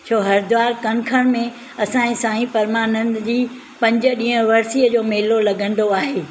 छो हरिद्वार कंखल में असांजे सांई परमानंद जी पंज ॾींअहं वर्सीअ जो मेलो लॻंदो आहे